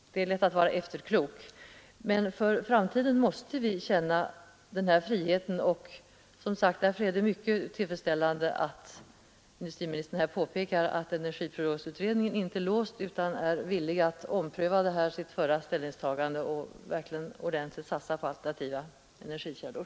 Det är lätt att vara efterklok. Men för framtiden måste vi känna den här friheten, och därför är det mycket tillfredsställande att industriministern påpekar att energiprognosutredningen inte är låst utan är villig att ompröva sitt förra ställningstagande och verkligen satsa på alternativa energikällor.